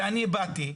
אני באתי,